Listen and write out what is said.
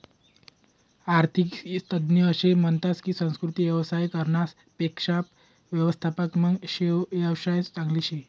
आरर्थिक तज्ञ असं म्हनतस की सांस्कृतिक येवसाय करनारास पेक्शा व्यवस्थात्मक येवसाय चांगला शे